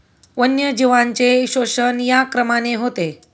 वन्यजीवांचे शोषण या क्रमाने होते